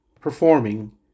Performing